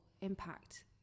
impact